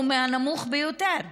הוא מהנמוכים ביותר,